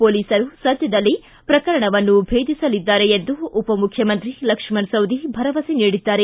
ಪೊಲೀಸ್ರು ಸದ್ಭದಲ್ಲೇ ಪ್ರಕರಣವನ್ನು ಭೇದಿಸಲಿದ್ದಾರೆ ಎಂದು ಉಪಮುಖ್ಯಮಂತ್ರಿ ಲಕ್ಷ್ಮಣ ಸವದಿ ಭರವಸೆ ನೀಡಿದ್ದಾರೆ